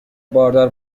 باردار